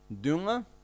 Dunga